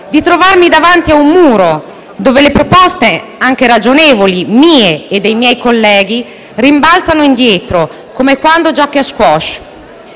di trovarmi davanti a un muro dove le proposte, anche ragionevoli, mie e dei miei colleghi rimbalzano indietro, come quando giochi a *squash*.